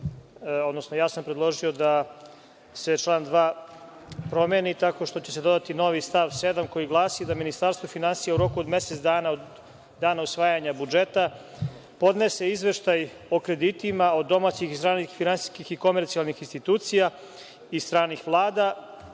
odnosno ja sam predložio da se član 2. promeni tako što će dodati novi stav 7. koji glasi – da Ministarstvo finansija, u roku od mesec dana od dana usvajanja budžeta, podnese izveštaj o kreditima od domaćih i stranih finansijskih i komercijalnih institucija i stranih Vlada